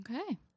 Okay